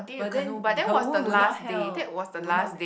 but then the wound would not heal would not